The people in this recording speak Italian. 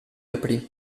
aprì